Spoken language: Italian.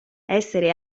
essere